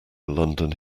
london